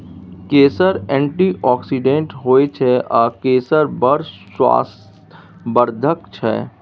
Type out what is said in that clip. केसर एंटीआक्सिडेंट होइ छै आ केसर बड़ स्वास्थ्य बर्धक छै